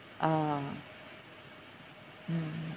orh mm